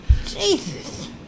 Jesus